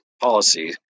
policy